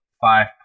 five